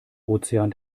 ozean